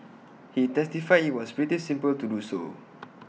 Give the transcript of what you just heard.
he testified IT was pretty simple to do so